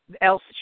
else